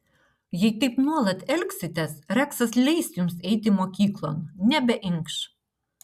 jei taip nuolat elgsitės reksas leis jums eiti mokyklon nebeinkš